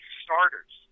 starters